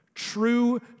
True